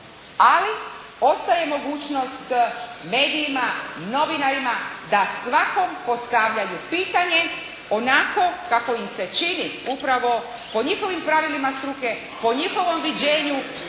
ali ostaje mogućnost medijima, novinarima da svakom postavljaju pitanje onako kako im se čini upravo po njihovim pravilima struke, po njihovom viđenju,